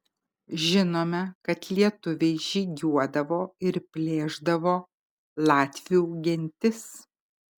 žinome kad lietuviai žygiuodavo ir plėšdavo latvių gentis